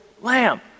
lamb